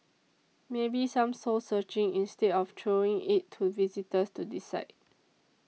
maybe some soul searching instead of throwing it to visitors to decide